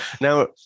now